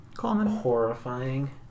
Horrifying